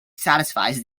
satisfies